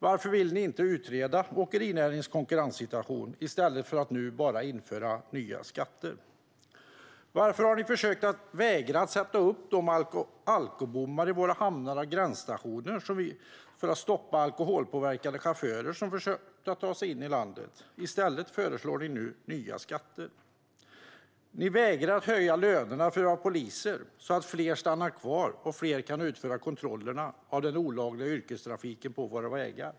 Varför vill ni inte utreda åkerinäringens konkurrenssituation i stället för att bara införa nya skatter? Varför har ni försökt vägra att sätta upp alkobommar vid våra hamnar och gränsstationer så att vi kan stoppa alkoholpåverkade chaufförer som försöker ta sig in i landet? I stället föreslår ni nya skatter. Ni vägrar att höja lönerna för våra poliser så att fler stannar kvar och fler kan utföra kontroller av den olagliga yrkestrafiken på våra vägar.